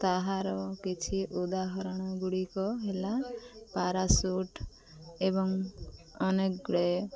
ତାହାର କିଛି ଉଦାହରଣ ଗୁଡ଼ିକ ହେଲା ପାରାସୁଟ୍ ଏବଂ ଅନେକ ଗୁଡ଼ିଏ